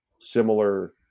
similar